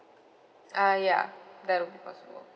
uh ya that will be possible